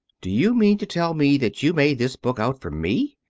do you mean to tell me that you made this book out for me?